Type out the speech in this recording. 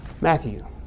Matthew